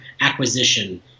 acquisition